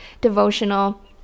devotional